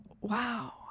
Wow